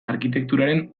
arkitekturaren